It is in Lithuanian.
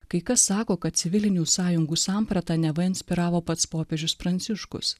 kai kas sako kad civilinių sąjungų sampratą neva inspiravo pats popiežius pranciškus